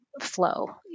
flow